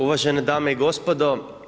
Uvažene dame i gospodo.